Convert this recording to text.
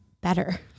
better